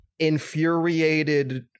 infuriated